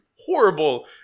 horrible